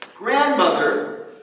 Grandmother